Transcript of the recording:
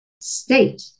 state